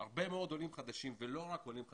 הרבה מאוד עולים חדשים, ולא רק עולים חדשים,